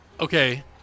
Okay